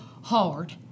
hard